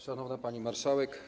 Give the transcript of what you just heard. Szanowna Pani Marszałek!